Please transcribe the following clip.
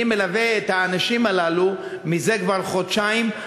אני מלווה את האנשים הללו מזה חודשיים.